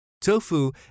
Tofu